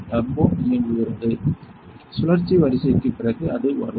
turbo இயங்குகிறது சுழற்சி வரிசைக்குப் பிறகு அது வரும்